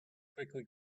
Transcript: quickly